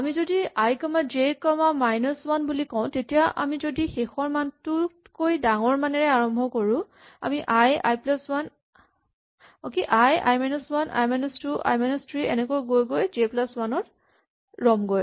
আমি যদি I comma J comma minus one বুলি কওঁ তেতিয়া আমি যদি শেষৰ মানটোতকৈ ডাঙৰ মানেৰে আৰম্ভ কৰো আমি I I minus one I minus two I minus three এনেকৈ গৈ গৈ জে প্লাচ ৱান ত ৰ'বগৈ